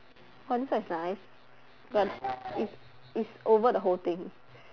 !wah! this one nice but it's it's over the whole thing